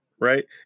Right